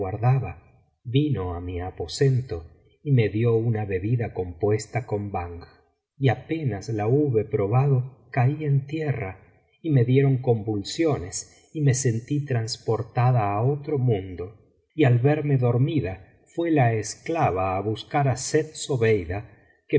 vino á mi aposento y me dio una bebida compuesta con banj y apenas la hube probado caí en tierra y me dieron convulsiones y me sentí transportada á otro mundo y al verme dormida fué la esclava á buscar á